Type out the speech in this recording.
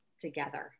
together